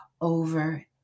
over